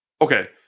Okay